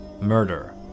murder